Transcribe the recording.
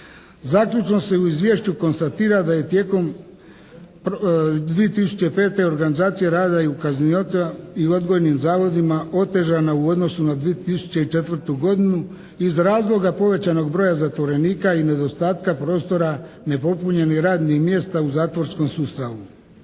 Zaključno se u izvješću konstatira da je tijekom 2005. organizacija rada … /Ne razumije se./ … i odgojnim zavodima otežana u odnosu na 2004. godinu iz razloga povećanog broja zatvorenika i nedostatka prostora nepopunjenih radnih mjesta u zatvorskom sustavu.